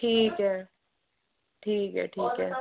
ठीक है ठीक है ठीक है